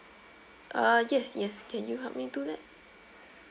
uh yes yes can you help me do that